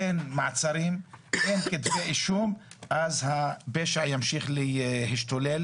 אין מעצרים, אין כתבי אישום, הפשע ימשיך להשתולל.